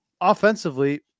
Offensively